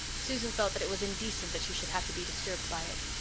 susan felt that it was indecent that she should have to be disturbed by it.